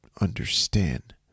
Understand